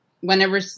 whenever